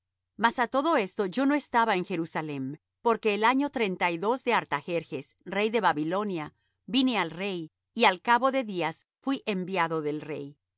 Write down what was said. mas á todo esto yo no estaba en jerusalem porque el año treinta y dos de artajerjes rey de babilonia vine al rey y al cabo de días fuí enviado del rey y